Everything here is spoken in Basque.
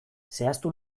zehaztu